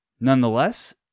nonetheless